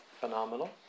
phenomenal